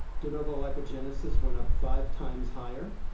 de novo lipogenesis went up five times higher,